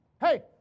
Hey